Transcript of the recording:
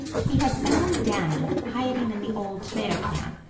he had found danny hiding in the old tomato can,